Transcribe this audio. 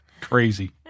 Crazy